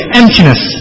emptiness